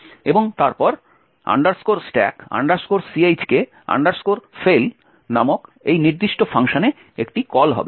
এবং তারপর stack chk fail নামক এই নির্দিষ্ট ফাংশনে একটি কল হবে